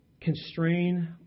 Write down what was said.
constrain